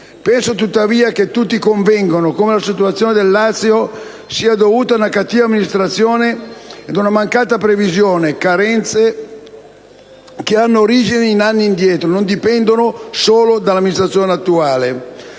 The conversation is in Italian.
Penso tuttavia che tutti convengano come la situazione del Lazio sia dovuta ad una cattiva amministrazione, ad una mancata previsione e a carenze che hanno origini in anni addietro e non dipendono solo dall'amministrazione attuale.